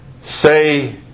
say